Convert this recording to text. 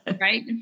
Right